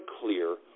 clear